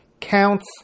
counts